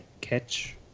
catch